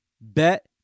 bet